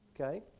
Okay